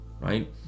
right